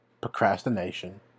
Procrastination